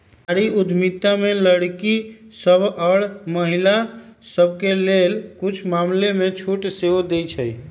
नारीवाद उद्यमिता में लइरकि सभ आऽ महिला सभके लेल कुछ मामलामें छूट सेहो देँइ छै